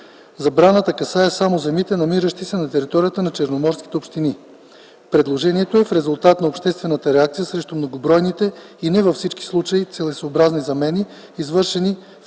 Забраната касае само земите, намиращи се на територията на черноморските общини. Предложението е в резултат на обществената реакция срещу многобройните и не във всички случаи целесъобразни замени, извършени в тази